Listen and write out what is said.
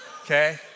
Okay